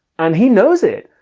and he knows it.